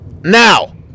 Now